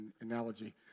analogy